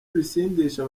ibisindisha